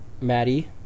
Maddie